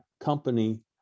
company